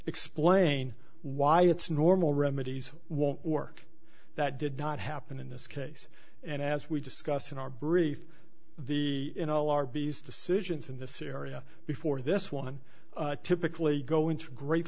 explain why its normal remedies won't work that did not happen in this case and as we discussed in our brief the in all our best decisions in this area before this one typically go into great